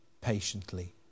patiently